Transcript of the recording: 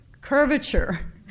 curvature